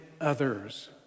others